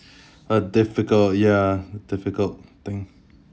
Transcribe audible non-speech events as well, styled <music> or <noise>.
<breath> but difficult ya difficult thing